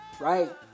Right